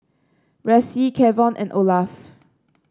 Ressie Kevon and Olaf